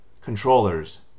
Controllers